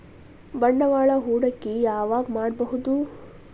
ಬಂಡವಾಳ ಹೂಡಕಿ ಯಾವಾಗ್ ಮಾಡ್ಬಹುದು?